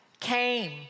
came